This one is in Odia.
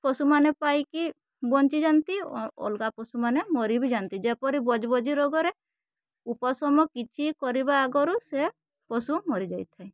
ପଶୁମାନେ ପାଇକି ବଞ୍ଚିଯାନ୍ତି ଅଲଗା ପଶୁମାନେ ମରି ବି ଯାଆନ୍ତି ଯେପରି ବଜବଜି ରୋଗରେ ଉପଶମ କିଛି କରିବା ଆଗରୁ ସେ ପଶୁ ମରିଯାଇଥାଏ